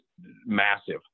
massive